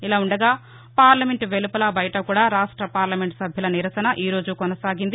ఇలా ఉండగా పార్లమెంట్ వెలుపల బయట కూడా రాష్ట పార్లమెంటు సభ్యుల నిరసన ఈ రోజూ కొనసాగింది